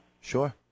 Sure